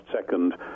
second